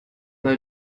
mal